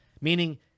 Meaning